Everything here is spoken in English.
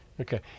okay